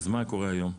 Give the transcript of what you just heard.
מה קורה היום?